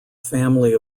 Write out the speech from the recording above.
family